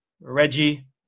Reggie